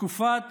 בתקופת